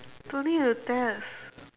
don't need to test